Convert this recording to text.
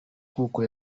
nk’uko